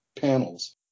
panels